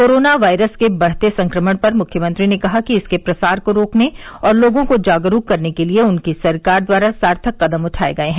corona virus के बढ़ते संक्रमण पर मुख्यमंत्री ने कहा कि इसके प्रसार को रोकने और लोगों को जागरूक करने के लिए उनकी सरकार द्वारा सार्थक कदम उठाये गये हैं